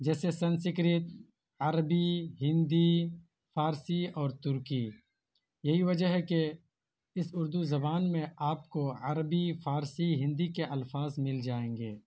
جیسے سنسکرت عربی ہندی فارسی اور ترکی یہی وجہ ہے کہ اس اردو زبان میں آپ کو عربی فارسی ہندی کے الفاظ مل جائیں گے